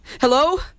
Hello